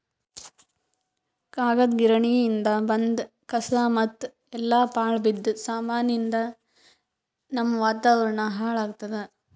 ಕಾಗದ್ ಗಿರಣಿಯಿಂದ್ ಬಂದ್ ಕಸಾ ಮತ್ತ್ ಎಲ್ಲಾ ಪಾಳ್ ಬಿದ್ದ ಸಾಮಾನಿಯಿಂದ್ ನಮ್ಮ್ ವಾತಾವರಣ್ ಹಾಳ್ ಆತ್ತದ